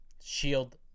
shield